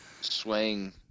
swaying